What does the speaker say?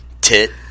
Tit